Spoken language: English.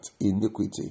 iniquity